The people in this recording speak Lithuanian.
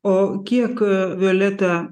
o kiek violeta